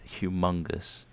humongous